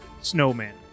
Snowman